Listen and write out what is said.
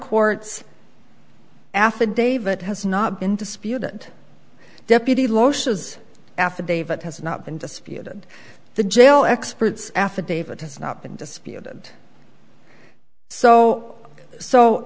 court's affidavit has not been disputed deputy loss affidavit has not been disputed the jail expert's affidavit has not been disputed so so